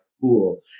cool